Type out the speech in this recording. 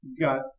got